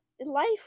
life